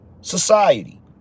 Society